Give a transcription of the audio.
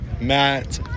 Matt